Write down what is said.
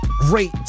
Great